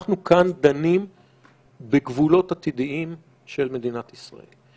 אנחנו כאן דנים בגבולות עתידיים של מדינת ישראל.